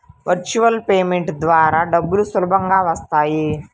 Virtual payment ద్వారా డబ్బులు సులభంగా వస్తాయా?